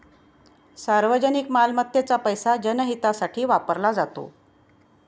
सार्वजनिक मालमत्तेचा पैसा जनहितासाठी वापरला जातो